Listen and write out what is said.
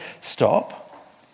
stop